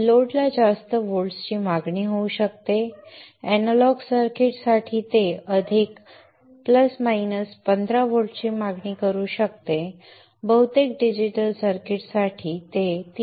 लोडला जास्त व्होल्ट्सची मागणी होऊ शकते अॅनालॉग सर्किट्स साठी ते अधिक वजा 15 व्होल्ट्सची मागणी करू शकते बहुतेक डिजिटल सर्किट्ससाठी ते 3